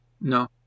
no